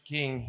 King